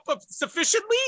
sufficiently